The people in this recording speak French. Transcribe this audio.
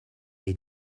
est